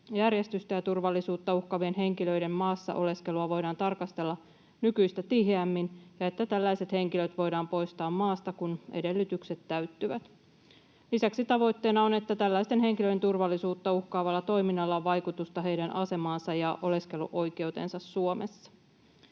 järjestystä ja turvallisuutta uhkaavien henkilöiden maassa oleskelua voidaan tarkastella nykyistä tiheämmin ja tällaiset henkilöt voidaan poistaa maasta, kun edellytykset täyttyvät. Lisäksi tavoitteena on, että tällaisten henkilöiden turvallisuutta uhkaavalla toiminnalla on vaikutusta heidän asemaansa ja oleskeluoikeuteensa Suomessa.